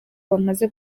bamaze